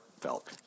felt